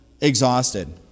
exhausted